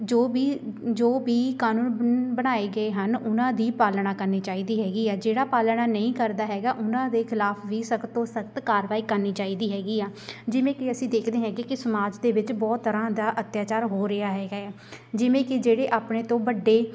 ਜੋ ਵੀ ਜੋ ਵੀ ਕਾਨੂੰਨ ਬਣਾਏ ਗਏ ਹਨ ਉਹਨਾਂ ਦੀ ਪਾਲਣਾ ਕਰਨੀ ਚਾਹੀਦੀ ਹੈਗੀ ਹੈ ਜਿਹੜਾ ਪਾਲਣਾ ਨਹੀਂ ਕਰਦਾ ਹੈਗਾ ਉਹਨਾਂ ਦੇ ਖਿਲਾਫ ਵੀ ਸਖ਼ਤ ਤੋਂ ਸਖ਼ਤ ਕਾਰਵਾਈ ਕਰਨੀ ਚਾਹੀਦੀ ਹੈਗੀ ਆ ਜਿਵੇਂ ਕਿ ਅਸੀਂ ਦੇਖਦੇ ਹੈ ਕਿ ਸਮਾਜ ਦੇ ਵਿੱਚ ਬਹੁਤ ਤਰ੍ਹਾਂ ਦਾ ਅੱਤਿਆਚਾਰ ਹੋ ਰਿਹਾ ਹੈਗਾ ਆ ਜਿਵੇਂ ਕਿ ਜਿਹੜੇ ਆਪਣੇ ਤੋਂ ਵੱਡੇ